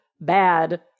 bad